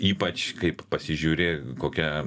ypač kaip pasižiūri kokia